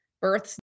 births